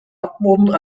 erdboden